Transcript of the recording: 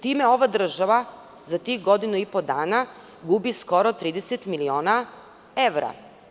Time ova država, za tih godinu i po dana, gubi skoro 30 miliona evra.